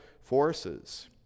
forces